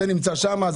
זה נמצא שם.